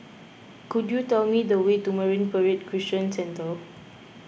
could you tell me the way to Marine Parade Christian Centre